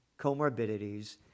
comorbidities